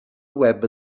web